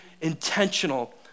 intentional